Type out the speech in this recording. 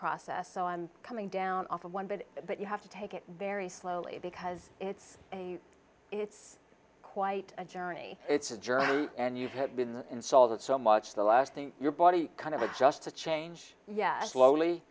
process so i'm coming down off of one but but you have to take it very slowly because it's a it's quite a journey it's a journey and you have been insolvent so much the last thing your body kind of adjusts to change yeah slowly